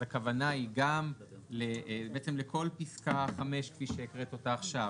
אז הכוונה היא גם בעצם לכל פסקה 5 כפי שהקראת אותה עכשיו.